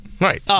Right